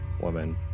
woman